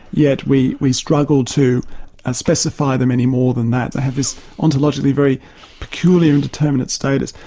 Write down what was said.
yet we we struggle to ah specify them any more than that, they have this ontologically very peculiar indeterminate status.